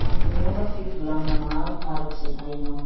Manognona fivolagna maro araky ze hainao.